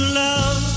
love